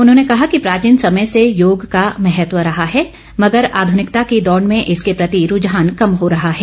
उन्होंने कहा कि प्राचीन समय से योग का महत्व रहा है मगर आध्निकता की दौड़ में इसके प्रति रूझान कम हो रहा है